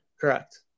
correct